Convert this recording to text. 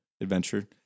adventure